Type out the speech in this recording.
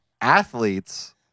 athletes